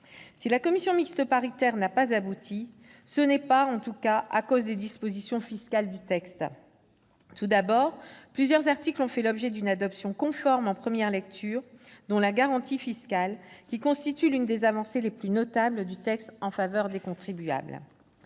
Si la commission mixte paritaire n'a pas abouti, ce n'est pas, en tout cas, à cause des dispositions fiscales du projet de loi. Tout d'abord, plusieurs dispositions ont fait l'objet d'une adoption conforme en première lecture, dont la garantie fiscale, l'une des avancées les plus notables du texte en faveur des contribuables.